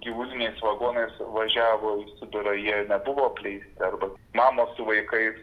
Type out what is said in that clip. gyvuliniais vagonais važiavo į sibirą jie nebuvo apleisti arba mamos su vaikais